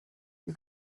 you